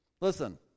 Listen